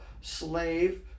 slave